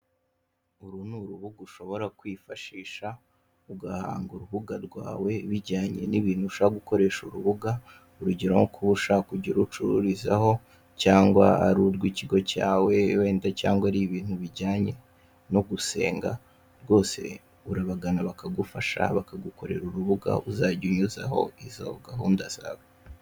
Uru ni urubuga ushobora kwifashisha, ugahanga urubuga rwawe, bijyanye n'ibintu ushaka gukoresha urubuga, urugero; nko kuba ushaka kujya urucururizaho, cyangwa ari urw'ikigo cyawe, wenda cyangwa ari ibintu bijyane no gusenga, rwose urabagana bakagufasha bakagukorera urubuga uzajya unyuzaho izo gahunda zawe.